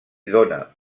dóna